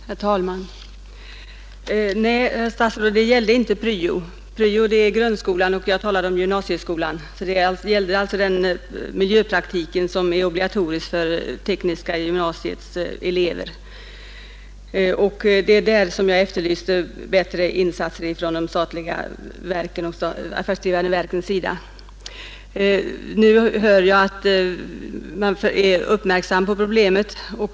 Herr talman! Nej, herr statsråd, det gällde inte pryo. Pryo förekommer i grundskolan och jag talade om gymnasieskolan, alltså om den miljöpraktik som är obligatorisk för tekniska gymnasiets elever. Jag efterlyste bättre insatser från statens affärsdrivande verk. Nu hörde jag att man är uppmärksam på problemet.